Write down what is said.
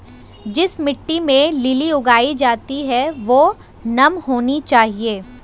जिस मिट्टी में लिली उगाई जाती है वह नम होनी चाहिए